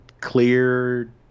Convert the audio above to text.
clear